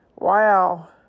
wow